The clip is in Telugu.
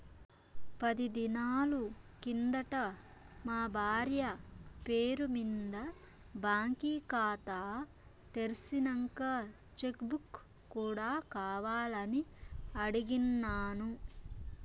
పది దినాలు కిందట మా బార్య పేరు మింద బాంకీ కాతా తెర్సినంక చెక్ బుక్ కూడా కావాలని అడిగిన్నాను